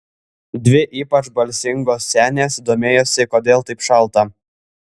dvi ypač balsingos senės domėjosi kodėl taip šalta